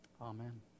Amen